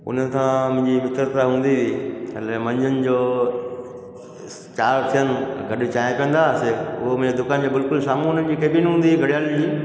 उन्हनि सां मुंहिंजी हिकु मित्रता हूंदी हुई अने मंझंदि जो चारि थियनि गॾु चांहि पीअंदा हुआसीं उहे मुंहिंजे दुकान ते बिल्कुल साम्हूं उन्हनि जी केबिन हूंदी हुई घड़ियाली जी